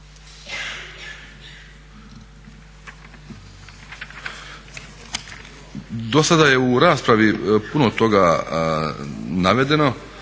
Dosada je u raspravi puno toga navedeno